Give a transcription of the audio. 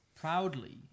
proudly